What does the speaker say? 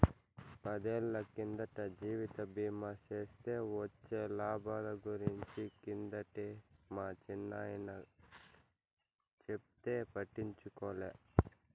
పదేళ్ళ కిందట జీవిత బీమా సేస్తే వొచ్చే లాబాల గురించి కిందటే మా చిన్నాయన చెప్తే పట్టించుకోలే